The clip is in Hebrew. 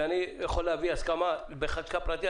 ואני יכול להביא הסכמה בחקיקה פרטית,